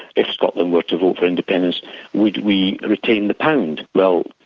if scotland were to vote for independence, would we retain the pound? well,